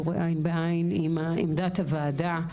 ורואה עין בעין אם עמדת הוועדה,